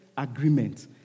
agreement